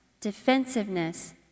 defensiveness